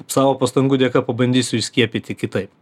savo pastangų dėka pabandysiu įskiepyti kitaip